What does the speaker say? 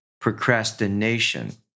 procrastination